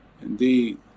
indeed